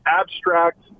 abstract